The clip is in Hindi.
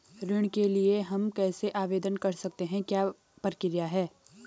ऋण के लिए हम कैसे आवेदन कर सकते हैं क्या प्रक्रिया है?